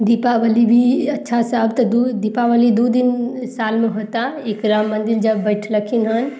दिपावली भी अच्छा सा आब तऽ दू दिपावली दू दिन सालमे होता एक राम मन्दिर जब बैठलखिन हन